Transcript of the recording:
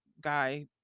guy